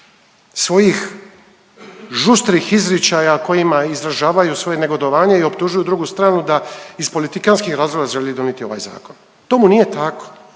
svojih žustrih izričaja kojima izražavaju svoje negodovanje i optužuju drugu stranu da iz politikantskih razloga želi donijeti ovaj zakon. Tomu nije tako.